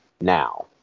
now